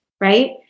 right